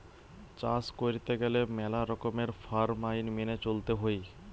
চাষ কইরতে গেলে মেলা রকমের ফার্ম আইন মেনে চলতে হৈ